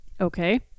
Okay